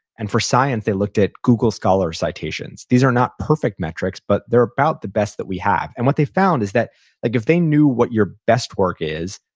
and for science, they looked at google scholar citations. these are not perfect metrics, but they're about the best that we have. and what they found is that like if they knew what your best work is,